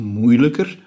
moeilijker